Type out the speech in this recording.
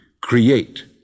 create